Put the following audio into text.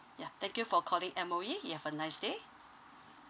yeah thank you for calling M_O_E you have a nice day